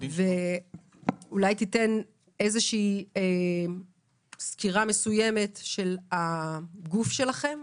אולי תיתן סקירה מסוימת של הגוף שלכם,